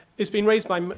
it's been raised by,